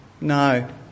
no